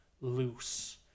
loose